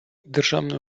державною